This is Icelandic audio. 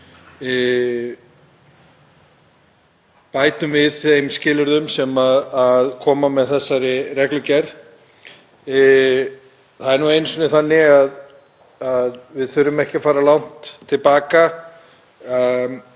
bætum við þeim skilyrðum sem koma með þessari reglugerð. Það er nú einu sinni þannig að við þurfum ekki að fara langt til baka,